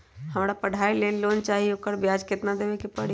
हमरा पढ़ाई के लेल लोन चाहि, ओकर ब्याज केतना दबे के परी?